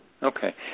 Okay